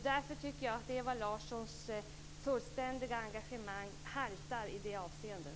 Därför tycker jag att Ewa Larssons fullständiga engagemang haltar i det avseendet.